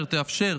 אשר תאפשר